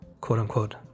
quote-unquote